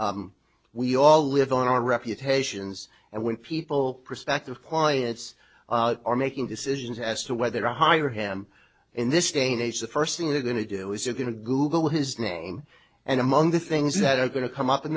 and we all live on our reputations and when people prospective clients are making decisions as to whether or hire him in this day and age the first thing they're going to do is they're going to google his name and among the things that are going to come up in